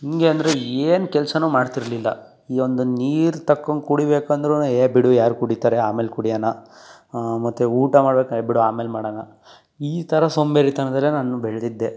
ಹೆಂಗೆ ಅಂದರೆ ಏನು ಕೆಲ್ಸಾನೂ ಮಾಡ್ತಿರಲಿಲ್ಲ ಈ ಒಂದು ನೀರು ತಕೊಂಡು ಕುಡಿಬೇಕಂದ್ರೂ ಏ ಬಿಡು ಯಾರು ಕುಡೀತಾರೆ ಆಮೇಲೆ ಕುಡಿಯಣ ಮತ್ತು ಊಟ ಮಾಡ್ಬೇಕು ಏ ಬಿಡು ಆಮೇಲೆ ಮಾಡಣ ಈ ಥರ ಸೋಂಬೇರಿತನದಲ್ಲೇ ನಾನು ಬೆಳೆದಿದ್ದೆ